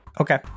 Okay